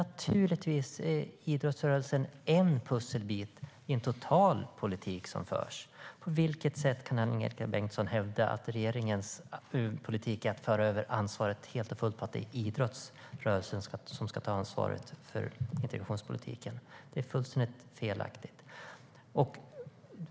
Naturligtvis är idrottsrörelsen en pusselbit i en total politik som förs. På vilket sätt kan Angelika Bengtsson hävda att regeringens politik är att det är idrottsrörelsen som ska ta ansvaret för integrationspolitiken? Det är fullständigt felaktigt.